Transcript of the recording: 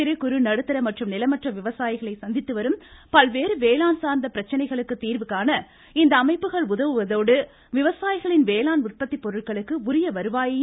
சிறுகுறு நடுத்தர மற்றும் நிலமற்ற விவசாயிகள் சந்தித்து வரும் பல்வேறு வேளாண் சார்ந்த பிரச்சனைகளுக்கு தீர்வு காண இந்த அமைப்புகள் உதவுவதோடு விவசாயிகளின் வேளாண் உற்பத்தி பொருட்களுக்கு உரிய வருவாயையும் ஏற்படுத்தி தர வகை செய்யப்பட்டுள்ளது